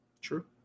True